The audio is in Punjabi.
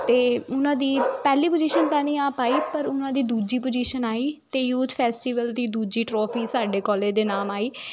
ਅਤੇ ਉਹਨਾਂ ਦੀ ਪਹਿਲੀ ਪੁਜੀਸ਼ਨ ਤਾਂ ਨਹੀਂ ਆ ਪਾਈ ਪਰ ਉਹਨਾਂ ਦੀ ਦੂਜੀ ਪੁਜ਼ੀਸ਼ਨ ਆਈ ਅਤੇ ਯੂਥ ਫੈਸਟੀਵਲ ਦੀ ਦੂਜੀ ਟਰੋਫੀ ਸਾਡੇ ਕੋਲੇਜ ਦੇ ਨਾਮ ਆਈ